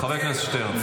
חבר הכנסת שטרן.